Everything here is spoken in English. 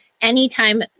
anytime